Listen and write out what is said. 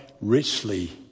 richly